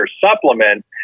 supplement